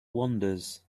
wanders